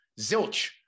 Zilch